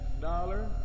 dollar